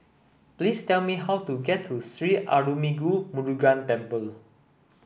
please tell me how to get to Sri Arulmigu Murugan Temple